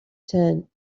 tent